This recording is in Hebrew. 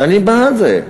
אני בעד זה,